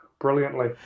brilliantly